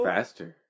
Faster